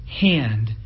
hand